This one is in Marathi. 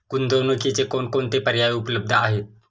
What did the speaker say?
गुंतवणुकीचे कोणकोणते पर्याय उपलब्ध आहेत?